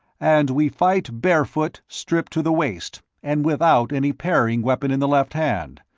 and we fight barefoot, stripped to the waist, and without any parrying weapon in the left hand,